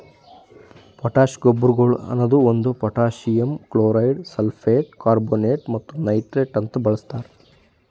potash ಗೊಬ್ಬರಗೊಳ್ ಅನದು ಒಂದು ಪೊಟ್ಯಾಸಿಯಮ್ ಕ್ಲೋರೈಡ್, ಸಲ್ಫೇಟ್, ಕಾರ್ಬೋನೇಟ್ ಮತ್ತ ನೈಟ್ರೇಟ್ ಅಂತ ಬಳಸ್ತಾರ್